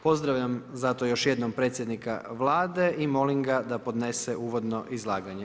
Pozdravljam zato još jednom predsjednika Vlade i molim ga da podnese uvodno izlaganje.